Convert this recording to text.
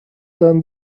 than